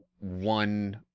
one